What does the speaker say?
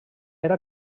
era